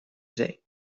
zee